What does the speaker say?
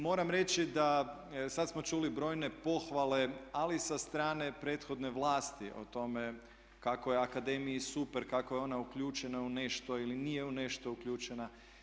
Moram reći da sad smo čuli brojne pohvale ali sa strane prethodne vlasti o tome kako je akademiji super, kako je ona uključena u nešto ili nije u nešto uključena.